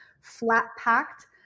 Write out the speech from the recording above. flat-packed